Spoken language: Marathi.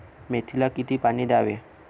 मेथीला किती पाणी द्यावे?